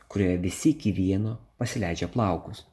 kurioje visi iki vieno pasileidžia plaukus